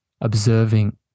observing